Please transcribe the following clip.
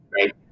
Right